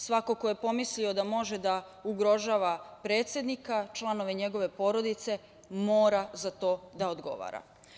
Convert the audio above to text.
Svako ko je pomislio da može da ugrožava predsednika, članove njegove porodice, mora za to da odgovara.